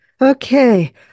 Okay